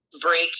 break